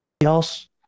else